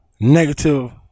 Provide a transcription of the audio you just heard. negative